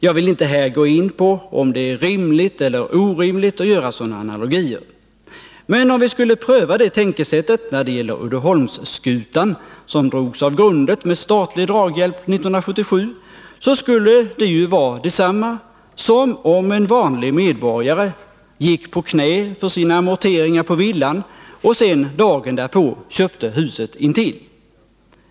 Jag vill inte här gå in på om det är rimligt eller orimligt att göra sådana analogier. Men om vi skulle pröva det tänkesättet när det gäller Uddeholmsskutan, som drogs av grundet med statlig draghjälp 1977, så skulle det ju vara detsamma som om en vanlig medborgare gick på knä för sina amorteringar på villan och sedan dagen därpå köpte huset intill.